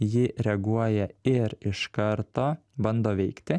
ji reaguoja ir iš karto bando veikti